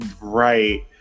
right